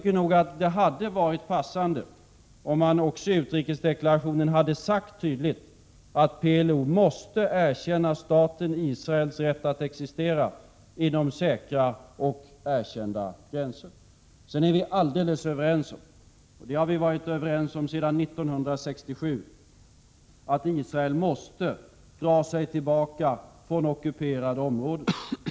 Det hade varit passande om han också i utrikesdeklarationen tydligt hade sagt att PLO måste erkänna staten Israels rätt att existera inom säkra och erkända gränser. Sedan är vi helt överens om — det har vi varit överens om sedan 1967 — att Israel måste dra sig tillbaka från ockuperade områden.